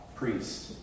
priest